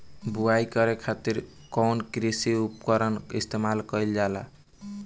बुआई करे खातिर कउन कृषी उपकरण इस्तेमाल कईल जाला?